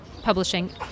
publishing